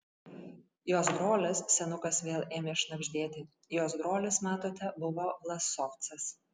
jos brolis senukas vėl ėmė šnabždėti jos brolis matote buvo vlasovcas